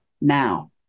now